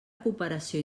cooperació